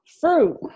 Fruit